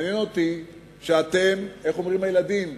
מעניין אותי שאתם, איך אומרים הילדים,